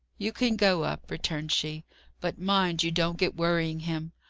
you can go up, returned she but mind you don't get worrying him.